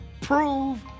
prove